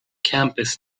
campus